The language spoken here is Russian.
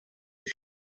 еще